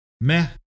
meh